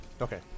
okay